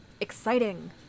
Exciting